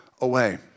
away